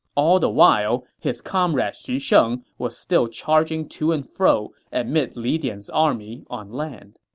all the while, his comrade xu sheng was still charging to and fro amid li dian's army on land